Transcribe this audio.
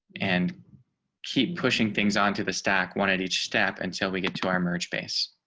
and keep pushing things onto the stack one at each step until we get to our merge base.